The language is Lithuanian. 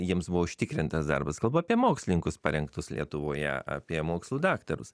jiems buvo užtikrintas darbas kalbu apie mokslininkus parengtus lietuvoje apie mokslų daktarus